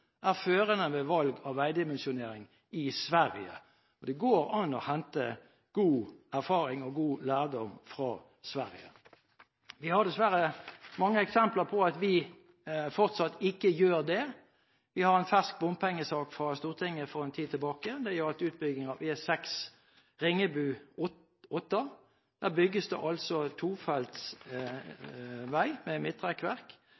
er førende ved valg av veidimensjonering i Sverige. Det går an å hente god erfaring og god lærdom fra Sverige. Vi har dessverre mange eksempler på at vi fortsatt ikke gjør det. Vi har en fersk bompengesak fra Stortinget som gjaldt utbyggingen av E6 Ringebu–Otta. Der bygges det tofeltsvei med midtrekkverk.